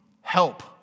help